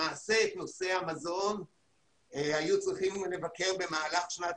למעשה את נושא המזון היו צריכים לבקר במהלך שנת